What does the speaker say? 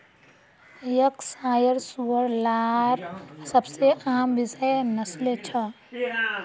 Yorkshire सूअर लार सबसे आम विषय नस्लें छ